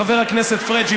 חבר הכנסת פריג',